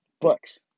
books